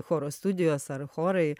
choro studijos ar chorai